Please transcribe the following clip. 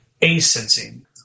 A-sensing